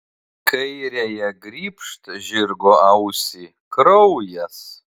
kairiąja grybšt žirgo ausį kraujas